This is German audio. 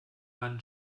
meinen